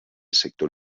sector